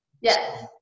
Yes